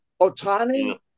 Otani